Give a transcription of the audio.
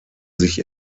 sich